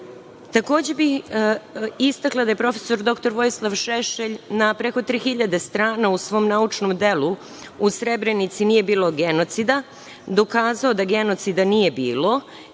reaguje. Istakla bih da je prof. dr Vojislav Šešelj na preko 3.000 strana u svom naučnom delu „U Srebrenici nije bilo genocida“ dokazao da genocida nije bilo